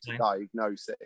diagnosis